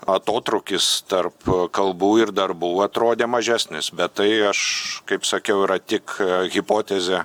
atotrūkis tarp kalbų ir darbų atrodė mažesnis bet tai aš kaip sakiau yra tik hipotezė